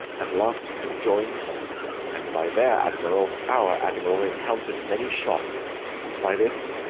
at last conjoined and by their admiral our admiral encountered many shot by this,